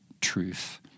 truth